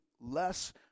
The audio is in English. less